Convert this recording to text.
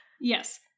Yes